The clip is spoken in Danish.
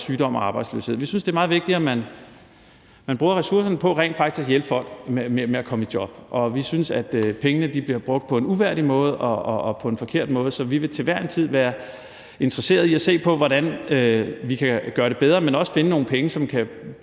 sygdom og arbejdsløshed. Vi synes, det er meget vigtigere, at man bruger ressourcerne på rent faktisk at hjælpe folk med at komme i job, og vi synes, at pengene bliver brugt på en uværdig måde og på en forkert måde, så vi vil til hver en tid være interesseret i at se på, hvordan vi kan gøre det bedre, men også finde nogle penge, som kan